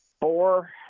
four